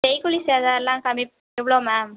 செய்கூலி சேதாரமெல்லாம் கம்மி எவ்வளோ மேம்